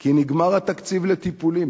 כי נגמר התקציב לטיפולים,